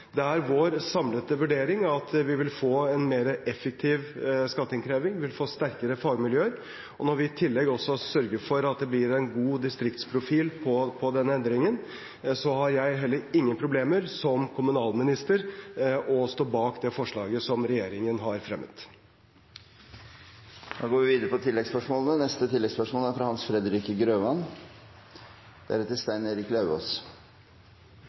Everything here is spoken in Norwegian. Det er vår samlede vurdering at vi vil få en mer effektiv skatteinnkreving og sterkere fagmiljøer. Når vi i tillegg sørger for at det blir en god distriktsprofil på denne endringen, har jeg heller ingen problemer som kommunalminister med å stå bak det forslaget som regjeringen har fremmet.